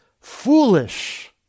foolish